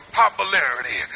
popularity